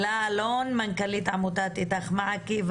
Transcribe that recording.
אלה אלון, מנכ"לית עמותת איתך-מעכי,